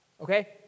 okay